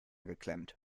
geklemmt